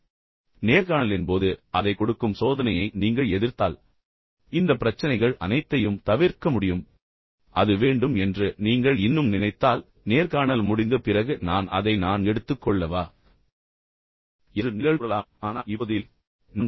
இப்போது நேர்காணலின் போது அதை எடுக்கும் சோதனையை நீங்கள் எதிர்த்தால் இந்த பிரச்சனைகள் அனைத்தையும் தவிர்க்க முடியும் அது வேண்டும் என்று நீங்கள் இன்னும் நினைத்தால் நேர்காணல் முடிந்த பிறகு நான் அதை நான் எடுத்துக்கொள்ளவா என்று நீங்கள் கூறலாம் ஆனால் இப்போது இல்லை